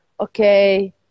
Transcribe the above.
okay